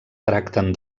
tracten